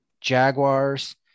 Jaguars